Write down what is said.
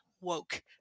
woke